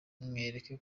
mwereke